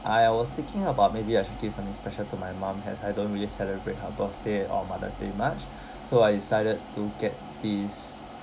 I was thinking about maybe I should give something special to my mum as I don't really celebrate her birthday or mother's day much so I decided to get this